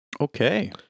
Okay